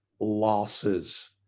losses